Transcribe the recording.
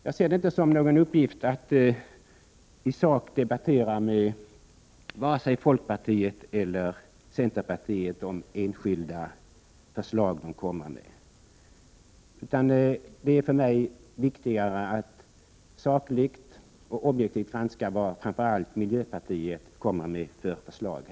Jag ser det inte som min uppgift att i sak debattera med vare sig folkpartiet eller centerpartiet om enskilda förslag som de kommer med, utan det är för mig viktigare att sakligt och objektivt granska främst de förslag som miljöpartiet för fram.